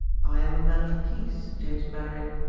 i am a man of peace, james mainwaring,